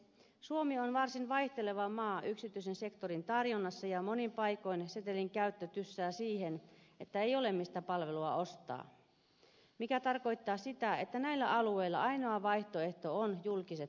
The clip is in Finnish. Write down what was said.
suomi on varsin vaihteleva maa yksityisen sektorin tarjonnassa ja monin paikoin setelin käyttö tyssää siihen että ei ole mistä palvelua ostaa mikä tarkoittaa sitä että näillä alueilla ainoa vaihtoehto on julkiset palvelut